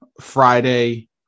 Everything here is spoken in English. Friday